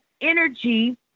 energy